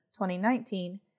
2019